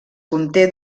conté